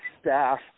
staff